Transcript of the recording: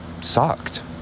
sucked